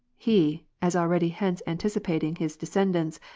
he, as already hence anticipating his descendants,